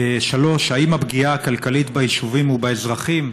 3. האם הפגיעה הכלכלית ביישובים ובאזרחים